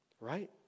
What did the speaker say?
right